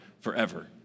forever